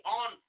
on